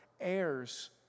heirs